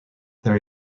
there